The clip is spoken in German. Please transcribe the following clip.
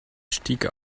stieg